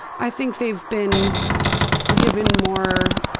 i think they've been given more